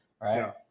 right